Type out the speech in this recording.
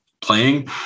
playing